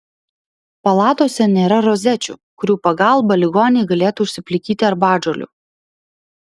palatose nėra rozečių kurių pagalba ligoniai galėtų užsiplikyti arbatžolių